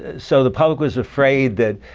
ah so the public was afraid that